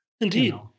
indeed